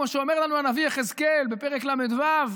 כמו שאומר לנו הנביא יחזקאל בפרק ל"ו,